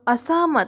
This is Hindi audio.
असहमत